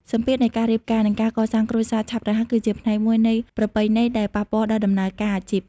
សម្ពាធនៃការរៀបការ និងការកសាងគ្រួសារឆាប់រហ័ស គឺជាផ្នែកមួយនៃប្រពៃណីដែលប៉ះពាល់ដល់ដំណើរការអាជីព។